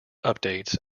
updates